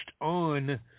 on